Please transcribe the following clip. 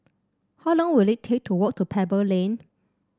how long will it take to walk to Pebble Lane